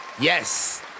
Yes